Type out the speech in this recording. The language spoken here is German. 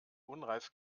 unreif